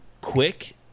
quick